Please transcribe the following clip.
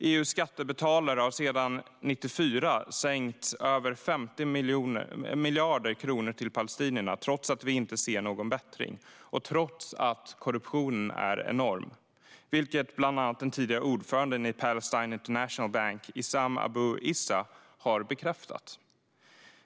EU:s skattebetalare har sedan 1994 skänkt över 50 miljarder kronor till palestinierna, trots att vi inte ser någon bättring och trots att korruptionen är enorm. Det har bland annat den tidigare ordföranden i Palestine International Bank Issam Abu Issa bekräftat.